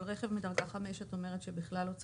אבל את אומרת שרכב מדרגה 5 בכלל לא צריך.